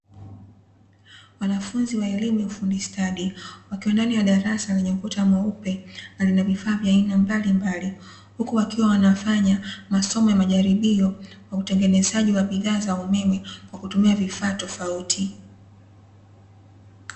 Wanafunzi wa elimu ya ufundi stadi, wakiwa ndani ya darasa lenye ukuta mweupe, na lina vifaa vya aina mbalimbali huku wakiwa wanafanya masomo ya majaribio kwa utengenezaji wa bidhaa za umeme kwa kutumia vifaa tofauti.